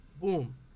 Boom